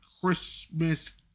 Christmas